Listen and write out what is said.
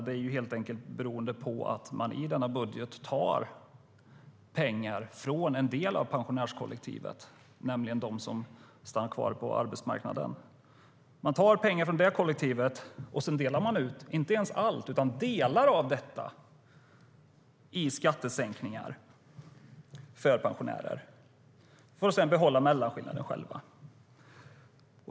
Det är helt enkelt beroende på att man i denna budget tar pengar från en del av pensionärskollektivet, nämligen de som stannar kvar på arbetsmarknaden. Man tar pengar från det kollektivet och delar sedan ut inte ens allt utan delar av detta i skattesänkningar för pensionärer, för att sedan behålla mellanskillnaden själva.